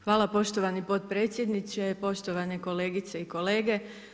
Hvala poštovani potpredsjedniče, poštovane kolegice i kolege.